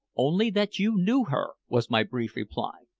only that you knew her, was my brief reply.